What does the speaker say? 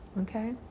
Okay